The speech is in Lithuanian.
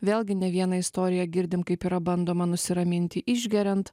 vėlgi ne vieną istoriją girdim kaip yra bandoma nusiraminti išgeriant